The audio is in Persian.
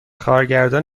کارگردان